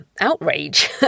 outrage